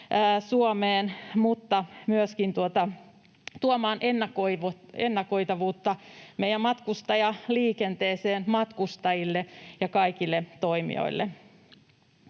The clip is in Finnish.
mutta myöskin tuomaan ennakoitavuutta meidän matkustajaliikenteeseemme, matkustajille ja kaikille toimijoille.